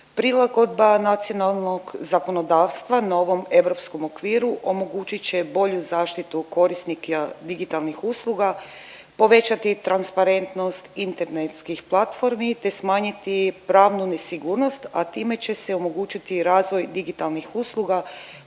Prilagodba nacionalnog zakonodavstva novom europskom okviru omogućit će bolju zaštitu korisnika digitalnih usluga, povećati transparentnost internetskih platformi, te smanjiti pravnu nesigurnost, a time će se omogućiti razvoj digitalnih usluga,